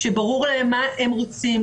כשברור להם מה הם רוצים,